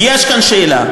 יש כאן שאלה,